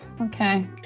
Okay